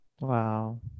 Wow